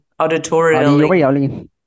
Auditorially